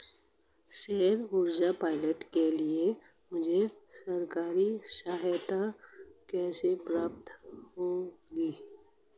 सौर ऊर्जा प्लांट के लिए मुझे सरकारी सहायता कैसे प्राप्त होगी?